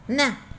न